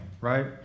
right